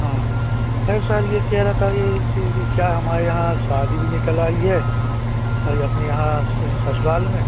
हाँ अरे सर यह कह रहा था ये कि क्या हमारे यहाँ शादी भी निकल आई है ये अपने यहाँ ससुराल में